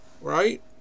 right